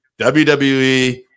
WWE